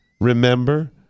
Remember